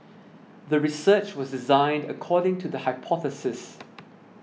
the research was designed according to the hypothesis